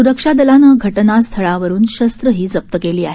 सुरक्षा दलानं घटनास्थळावरून चार शस्त्रंही जप्त केली आहेत